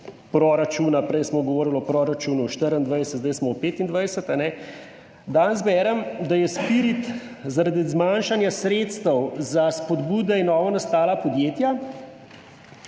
proračuna, prej smo govorili o proračunu 2024, zdaj smo v 2025, danes berem, da je SPIRIT zaradi zmanjšanja sredstev za spodbude in novonastala podjetja